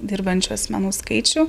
dirbančių asmenų skaičių